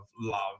love